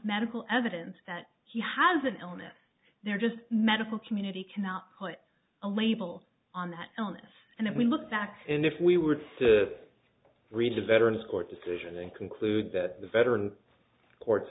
medical evidence that he has an illness there just medical community cannot put a label on that illness and if we look back and if we were to read the veterans court decision and conclude that the federal court's